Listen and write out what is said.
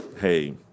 Hey